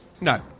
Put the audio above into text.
No